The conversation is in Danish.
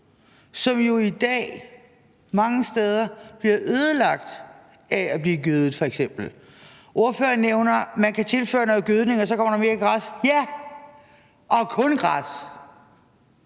som jo i dag mange steder bliver ødelagt af f.eks. at blive gødet. Ordføreren nævner, at man kan tilføre noget gødning, og så kommer der noget mere græs. Ja, det gør